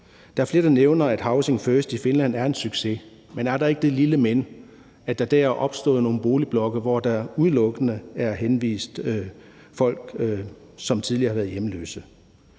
Der er flere, der nævner, at housing first i Finland er en succes, men er der ikke det lille men, at der dér er opstået nogle boligblokke, hvortil der udelukkende er anvist folk, som tidligere har været hjemløse?